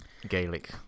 Gaelic